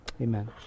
Amen